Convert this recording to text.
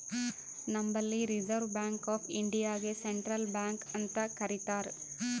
ನಂಬಲ್ಲಿ reserve bank of ಇಂಡಿಯಾಗೆ central bank ಅಂತ್ ಕರಿತಾರ್